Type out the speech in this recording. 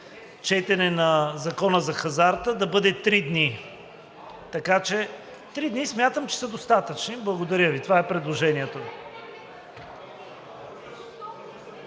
четене на Закона за хазарта да бъде три дни. Три дни смятам, че са достатъчни. Благодаря Ви. Това е предложението